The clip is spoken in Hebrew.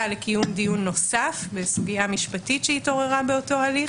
לקיום דיון נוסף בסוגיה משפטית שהתעוררה באותו הליך,